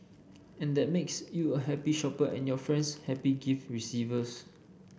and that makes you a happy shopper and your friends happy gift receivers